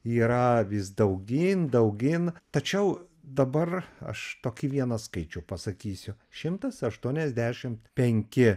yra vis daugyn daugyn tačiau dabar aš tokį vieną skaičių pasakysiu šimtas aštuoniasdešimt penki